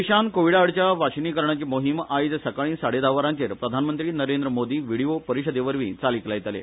देशान कोविडाआडच्या वाशीनीकरणाची मोहीम आयज सकाळी साडे धा वरांचेर प्रधानमंत्री नरेंद्र मोदी व्हीडीओ परिषदेवरवी चालीक लायतले